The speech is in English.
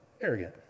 Arrogant